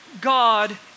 God